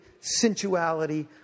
sensuality